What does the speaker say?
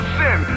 sin